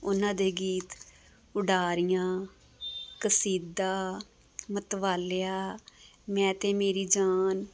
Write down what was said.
ਉਹਨਾਂ ਦੇ ਗੀਤ ਉਡਾਰੀਆਂ ਕਸੀਦਾ ਮਤਵਾਲਿਆ ਮੈਂ ਤੇ ਮੇਰੀ ਜਾਨ